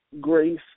Grace